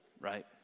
right